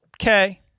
Okay